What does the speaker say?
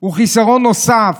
הוא חיסרון נוסף,